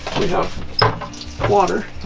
we have water,